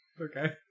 Okay